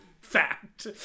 Fact